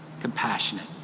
Compassionate